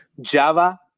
java